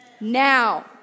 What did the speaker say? now